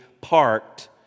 parked